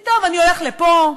אני הולך לפה,